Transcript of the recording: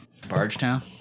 bargetown